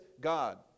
God